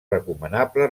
recomanable